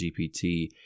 GPT